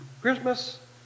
Christmas